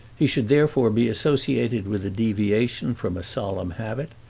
he should therefore be associated with a deviation from a solemn habit,